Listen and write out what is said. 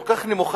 כל כך נמוכה,